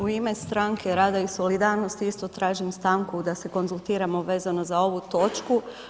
U ime Stranke rada i solidarnosti isto tražim stanku da se konzultiramo vezano za ovu točku.